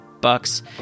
bucks